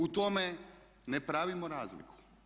U tome ne pravimo razliku.